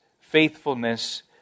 faithfulness